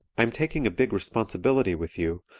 i am taking a big responsibility with you,